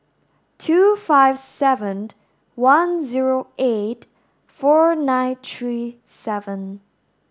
two five seven one zero eight four nine three seven